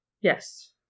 Yes